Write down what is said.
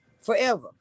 forever